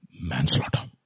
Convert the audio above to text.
Manslaughter